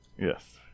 Yes